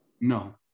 No